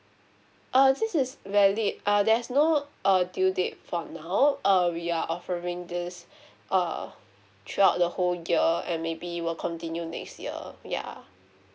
err this is valid err there's no err due date for now err we are offering this err throughout the whole year and maybe we'll continue next year ya